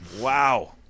Wow